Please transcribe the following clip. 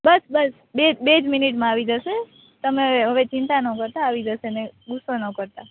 બસ બસ બેજ મિનિટ માં આવી જશે તમે ચિંતા ન કરતાં આવી જશે ગુસ્સો ન કરતાં